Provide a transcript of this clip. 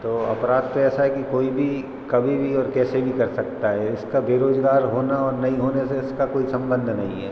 तो अपराध तो ऐसा है कि कोई भी कभी भी और कैसे भी कर सकता है इसका बेरोज़गार होना और नहीं होने से इसका कोई संबंध नहीं है